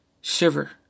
shiver